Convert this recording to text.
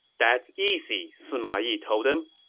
that's easy, sima yi told him.